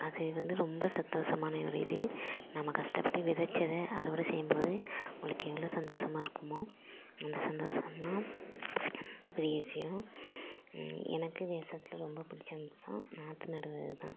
அது வந்து ரொம்ப சந்தோஷமான ஒரு இது நம்ம கஷ்டப்பட்டு விதைச்சத அறுவடை செய்யும்போது உங்களுக்கு எவ்வளோ சந்தோஷமா இருக்குமோ அந்த சந்தோஷந்தான் ரொம்ப பெரிய விஷயம் எனக்கு விவசாயத்தில் ரொம்ப பிடித்த அம்சம் நாற்று நடுவதுதான்